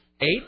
Eight